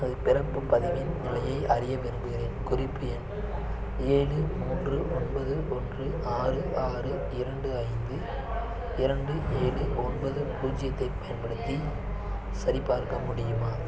எனது பிறப்பு பதிவின் நிலையை அறிய விரும்புகிறேன் குறிப்பு எண் ஏழு மூன்று ஒன்பது ஒன்று ஆறு ஆறு இரண்டு ஐந்து இரண்டு ஏழு ஒன்பது பூஜ்ஜியத்தைப் பயன்படுத்தி சரிபார்க்க முடியுமா